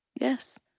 Yes